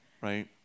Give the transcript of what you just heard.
right